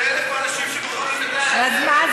זה 1,000 אנשים, אז מה?